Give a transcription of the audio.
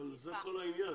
זה כל העניין.